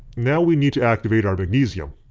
now we need to activate our magnesium,